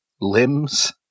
limbs